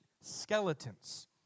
skeletons